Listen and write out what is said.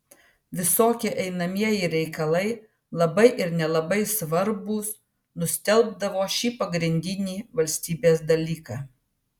visokie einamieji reikalai labai ir nelabai svarbūs nustelbdavo šį pagrindinį valstybės dalyką